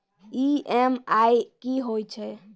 EMI कि होय छै?